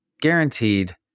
guaranteed